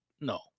no